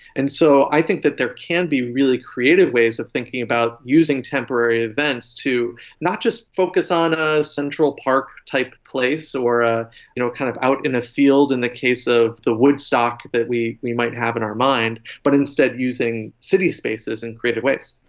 and so i think that there can be really creative ways of thinking about using temporary events to not just focus on a central park type place or ah you know kind of out in a field in the case of the woodstock that we we might have in our mind, but instead using city spaces in creative ways.